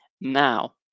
Now